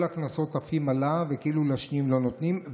הקנסות עפים עליו וכאילו לשניים לא נותנים.